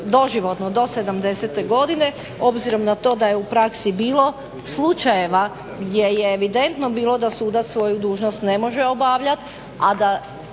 doživotno, do 70. godine, obzirom na to da je u praksi bilo slučajeva gdje je evidentno bilo da sudac svoju dužnost ne može obavljat,